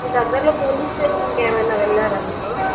మీ దగ్గరలో పోలీస్ స్టేషన్కి ఏమన్న వెళ్ళారా మీరు